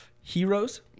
Heroes